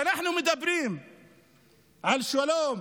כשאנחנו מדברים על שלום,